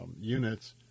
units